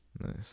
Nice